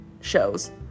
shows